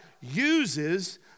uses